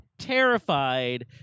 Terrified